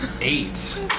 Eight